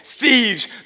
Thieves